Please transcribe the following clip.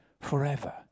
forever